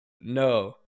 no